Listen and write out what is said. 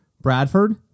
Bradford